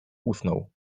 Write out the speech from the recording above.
usnął